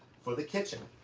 for the kitchen.